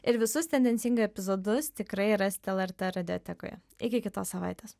ir visus tendencingai epizodus tikrai rasit lrt radiotekoje iki kitos savaitės